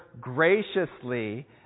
graciously